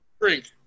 drink